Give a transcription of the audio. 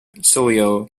clio